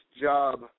job